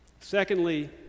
Secondly